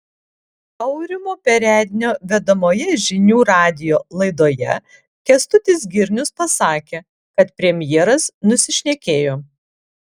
aurimo perednio vedamoje žinių radijo laidoje kęstutis girnius pasakė kad premjeras nusišnekėjo